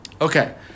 Okay